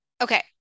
Okay